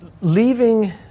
leaving